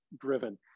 driven